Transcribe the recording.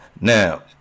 Now